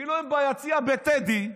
כאילו הם ביציע בטדי,